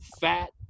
fat